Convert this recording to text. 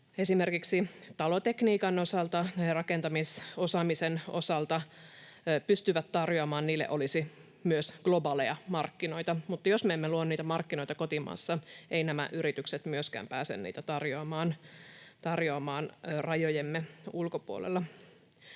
esimerkiksi talotekniikan osalta ja rakentamisosaamisen osalta pystyvät tarjoamaan, olisi myös globaaleja markkinoita. Mutta jos me emme luo niitä markkinoita kotimaassa, eivät nämä yritykset myöskään pääse niitä tarjoamaan rajojemme ulkopuolella.